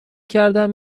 کردم